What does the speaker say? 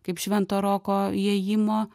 kaip švento roko įėjimo